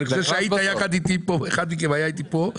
אני חושב שאחד מכם היה איתנו פה.